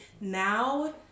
now